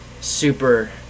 super